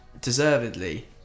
Deservedly